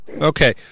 Okay